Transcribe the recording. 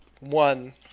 one